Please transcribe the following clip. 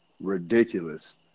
ridiculous